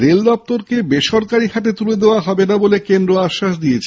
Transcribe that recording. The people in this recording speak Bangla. রেলদপ্তরকে বেসরকারি হাতে তুলে দেওয়া হবে না বলে কেন্দ্র আশ্বাস দিয়েছে